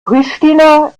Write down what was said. pristina